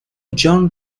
john